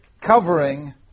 covering